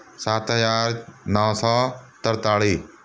ਸੱਤ ਹਜ਼ਾਰ ਨੌ ਸੌ ਤਰਤਾਲੀ